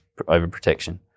overprotection